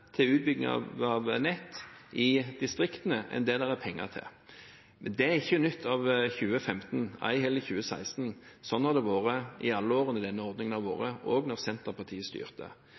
til utbygging av nett i distriktene enn det det er penger til. Men det er ikke nytt av 2015, ei heller i 2016. Sånn har det vært i alle de årene denne ordningen har vært, også da Senterpartiet styrte.